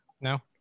No